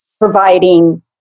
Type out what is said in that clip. providing